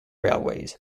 railways